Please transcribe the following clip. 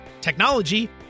technology